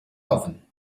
oven